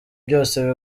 byose